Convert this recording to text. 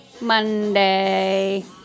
Monday